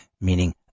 meaning